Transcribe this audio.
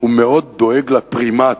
מאוד דואג לפרימאט.